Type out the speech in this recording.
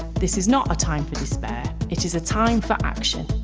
this is not a time for despair, it is a time for action.